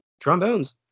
Trombones